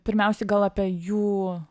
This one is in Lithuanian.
pirmiausiai gal apie jų